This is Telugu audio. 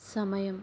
సమయం